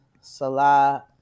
Salah